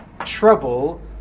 trouble